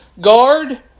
guard